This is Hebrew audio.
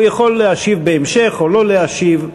הוא יכול להשיב בהמשך או לא להשיב.